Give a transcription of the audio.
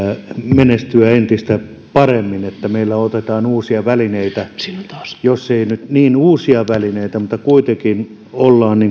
menestyä entistä paremmin niin että meillä otetaan uusia välineitä ja jos ei nyt niin uusia välineitä niin kuitenkin ollaan